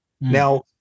Now